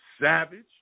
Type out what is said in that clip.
Savage